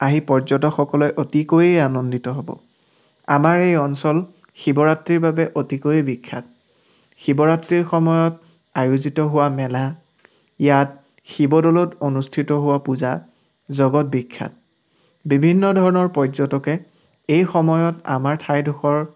আহি পৰ্যটকসকলে অতিকৈয়ে আনন্দিত হ'ব আমাৰ এই অঞ্চল শিৱৰাত্ৰিৰ বাবে অতিকৈ বিখ্যাত শিৱৰাত্ৰিৰ সময়ত আয়োজিত হোৱা মেলা ইয়াত শিৱ দ'লত অনুষ্ঠিত হোৱা পূজা জগত বিখ্যাত বিভিন্ন ধৰণৰ পৰ্যটকে এই সময়ত আমাৰ ঠাইডখৰ